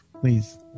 Please